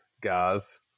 guys